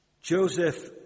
Joseph